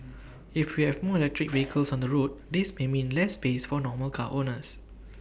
if we have more electric vehicles on the road this may mean less space for normal car owners